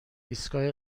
ایستگاه